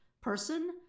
person